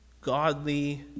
godly